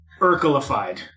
Urkelified